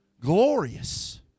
glorious